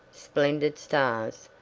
splendid stars,